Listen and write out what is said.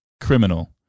criminal